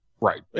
Right